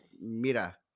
Mira